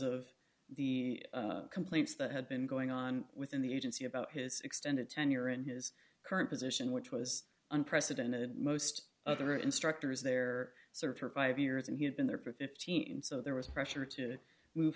of the complaints that had been going on within the agency about his extended tenure in his current position which was unprecedented most other instructors there sort of for five years and he had been there for fifteen so there was pressure to move